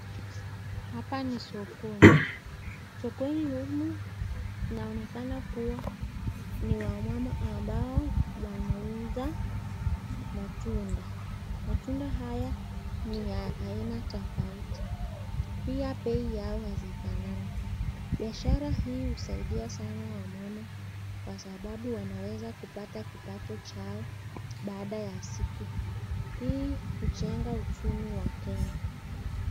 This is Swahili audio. Hapa ni sokoni. Sokoni humu inaonekana kuwa ni wamama ambao wanauza matunda. Matunda haya ni ya aina tofauti. Pia bei yao hazifanani. Biashara hii husaidia sana wamama kwa sababu wanaweza kupata kipato chao baada ya siku. Hii hujenga uchumi wa Kenya.